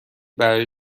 برای